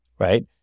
right